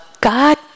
God